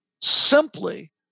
simply